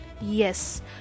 yes